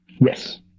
Yes